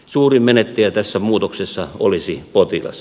suurin menettäjä tässä muutoksessa olisi potilas